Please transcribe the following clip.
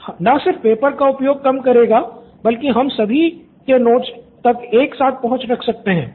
student 3 न सिर्फ paper का उपयोग कम करेगा बल्कि हम सभी के नोट्स तक एक साथ पहुँच रख सकते हैं